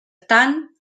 tant